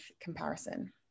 comparison